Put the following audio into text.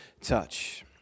touch